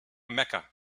mecca